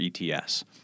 ETS